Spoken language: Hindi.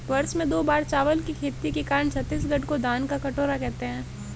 वर्ष में दो बार चावल की खेती के कारण छत्तीसगढ़ को धान का कटोरा कहते हैं